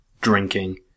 drinking